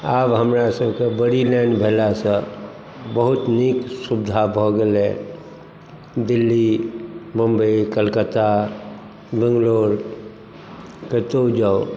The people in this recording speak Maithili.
आब हमरा सबकेँ बड़ी लाइन भेलासँ बहुत नीक सुविधा भऽ गेलै दिल्ली मुम्बइ कलकत्ता बंगलोर कतहुँ जाउ